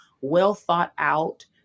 well-thought-out